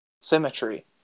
symmetry